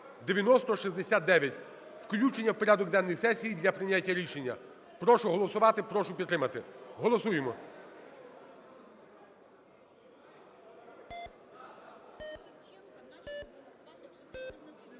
(9069), включення у порядок денної сесії для прийняття рішення. Прошу голосувати, прошу підтримати. Голосуємо.